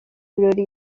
ibirori